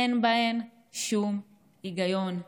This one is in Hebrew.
אין בהן שום היגיון.